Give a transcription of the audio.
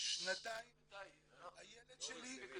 שנתיים הילד שלי